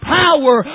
power